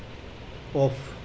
off